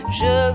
je